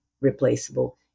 replaceable